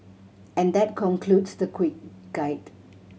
and that concludes the quick guide